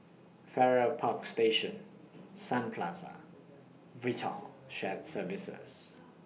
Farrer Park Station Sun Plaza Vital Shared Services